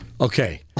Okay